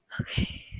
Okay